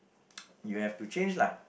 you have to change lah